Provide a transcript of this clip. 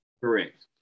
Correct